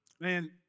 man